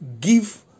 give